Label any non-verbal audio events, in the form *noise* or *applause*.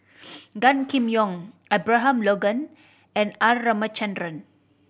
*noise* Gan Kim Yong Abraham Logan and R Ramachandran